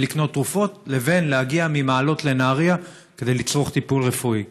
לקנות תרופות לבין להגיע ממעלות לנהריה כדי לצרוך טיפול רפואי.